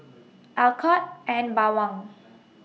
Alcott and Bawang